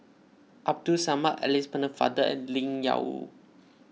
Abdul Samad Alice Pennefather and